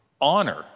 honor